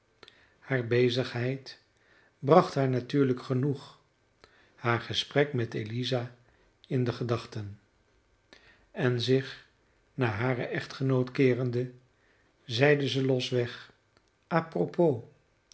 hare bezigheid bracht haar natuurlijk genoeg haar gesprek met eliza in de gedachten en zich naar haren echtgenoot keerende zeide zij losweg apropos